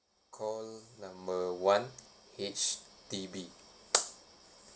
call number one H_D_B